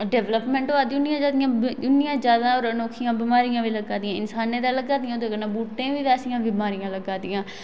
development होआ दी उन्नियां गै ज्यादा अनोखियां बिमारियां बी लगा दियां इसाने ते लगा दियां ओहदे कन्नै बूहचे गी बी बैसियां बिमारियां लग्गा दियां